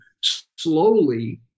slowly